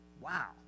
Wow